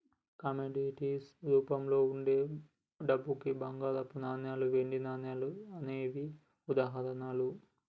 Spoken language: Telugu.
కమోడిటీస్ రూపంలో వుండే డబ్బుకి బంగారపు నాణాలు, వెండి నాణాలు అనేవే ఉదాహరణలు